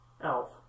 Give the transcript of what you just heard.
elf